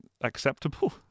acceptable